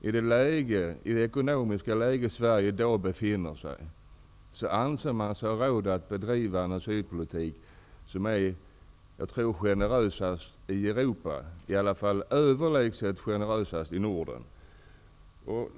I det ekonomiska läge som Sverige i dag befinner sig i anser man sig alltså ha råd att bedriva en asylpolitik som är, tror jag, generösast i Europa, i alla fall överlägset generösast i Norden.